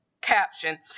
caption